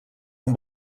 amb